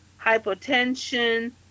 hypotension